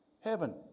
heaven